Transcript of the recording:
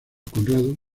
conrado